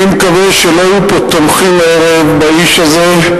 אני מקווה שלא יהיו פה הערב תומכים באיש הזה,